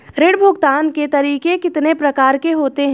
ऋण भुगतान के तरीके कितनी प्रकार के होते हैं?